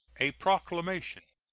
a proclamation.